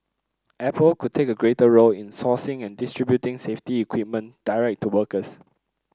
Apple could take a greater role in sourcing and distributing safety equipment direct to workers